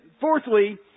fourthly